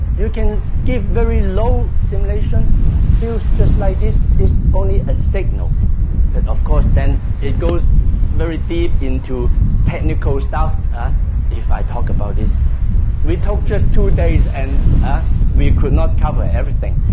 you can give very low stimulation feels just like this is only a signal but of course then it goes very deep into technical stuff if i talk about this we talk just two days and ah we could not cover everything,